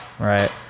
right